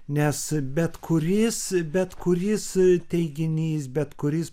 nes bet kuris bet kuris teiginys bet kuris